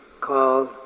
called